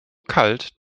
kalt